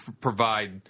provide